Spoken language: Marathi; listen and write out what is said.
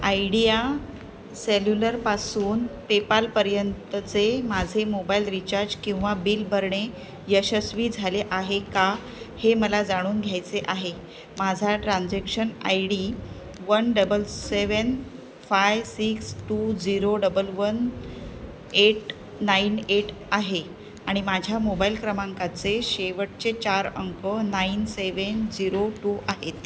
आयडिया सेल्युलरपासून पेपालपर्यंतचे माझे मोबाईल रिचार्ज किंवा बिल भरणे यशस्वी झाले आहे का हे मला जाणून घ्यायचे आहे माझा transaction I D one double seven five six two zero double one eight nine eight आहे आणि माझ्या मोबाईल क्रमांकाचे शेवटचे चार अंक नाईन सेव्हन झिरो टू आहेत